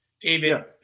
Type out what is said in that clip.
David